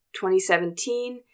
2017